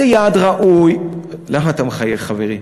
זה יעד ראוי, למה אתה מחייך, חברי?